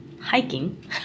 hiking